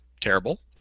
terrible